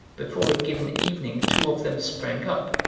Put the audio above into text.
before a given evening two of them sprang up,